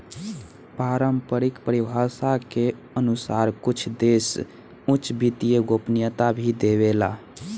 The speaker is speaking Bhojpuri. पारम्परिक परिभाषा के अनुसार कुछ देश उच्च वित्तीय गोपनीयता भी देवेला